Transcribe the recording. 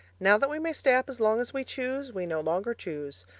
now that we may stay up as long as we choose, we no longer choose.